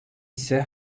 ise